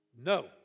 no